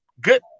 good